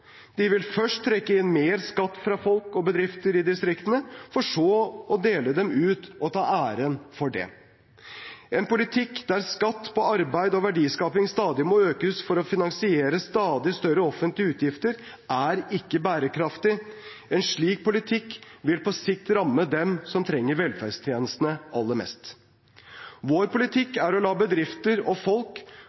De vil først trekke inn mer skatt fra folk og bedrifter i distriktene, for så å dele dem ut og ta æren for det. En politikk der skatt på arbeid og verdiskaping stadig må økes for å finansiere stadig større offentlige utgifter, er ikke bærekraftig. En slik politikk vil på sikt ramme dem som trenger velferdstjenestene aller mest. Vår politikk er å la bedrifter og folk